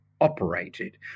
operated